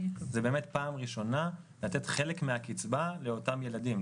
זאת באמת פעם ראשונה לתת חלק מהקצבה לאותם ילדים,